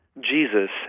Jesus